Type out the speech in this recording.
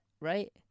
right